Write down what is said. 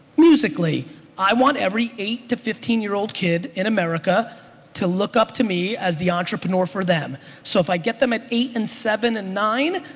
musical ly i want every eight to fifteen year old kid in america to look up to me as the entrepreneur for them so if i get them at eight and seven and nine,